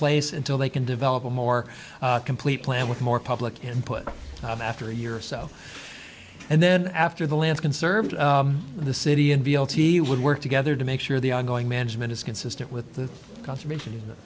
place until they can develop a more complete plan with more public input after a year or so and then after the land can serve the city and b l t would work together to make sure the ongoing management is consistent with the conservation